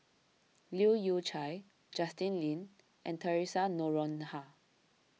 Leu Yew Chye Justin Lean and theresa Noronha